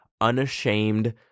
unashamed